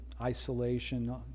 isolation